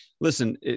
listen